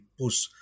push